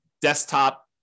desktop